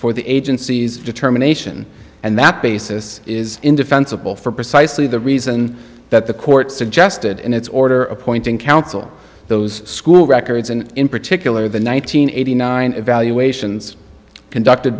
for the agency's determination and that basis is indefensible for precisely the reason that the court suggested in its order appointing counsel those school records and in particular the nine hundred eighty nine evaluations conducted